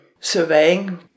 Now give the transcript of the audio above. surveying